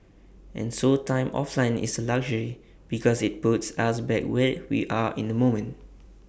and so time offline is A luxury because IT puts us back where we are in the moment